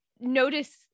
notice